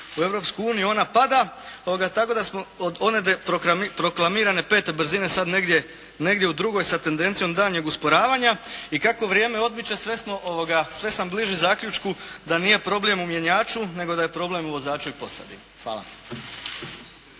ona pada tako da smo, ona je proklamirane pete brzine sad negdje u drugoj sa tendencijom daljnjeg usporavanja i kako vrijeme odmiče sve sam bliže zaključku da nije problem u mjenjaču, nego da je problem u vozaču i posadi. Hvala.